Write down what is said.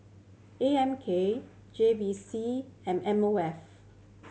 A M K J V C and M O F